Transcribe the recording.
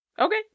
Okay